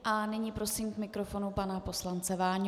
A nyní prosím k mikrofonu pana poslance Váňu.